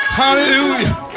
hallelujah